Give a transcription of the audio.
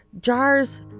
jars